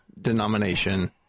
denomination